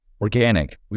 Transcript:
organic